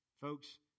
Folks